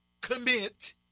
commit